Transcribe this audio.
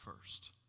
first